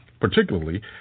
particularly